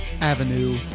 avenue